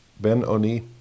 Ben-Oni